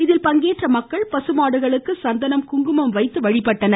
இதில் பங்கேற்ற மக்கள் பசுமாடுகளுக்கு சந்தனம் குங்குமம் வைத்து வழிபட்டனர்